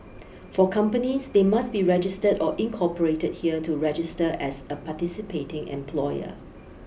for companies they must be registered or incorporated here to register as a participating employer